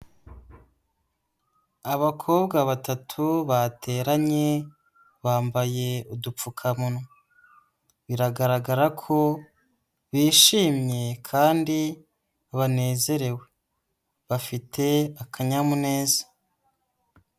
Abakobwa batatu bateranye, bambaye udupfukamunwa, biragaragara ko bishimye kandi banezerewe bafite akanyamuneza.